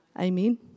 Amen